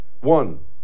One